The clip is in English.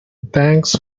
thanks